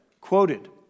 Quoted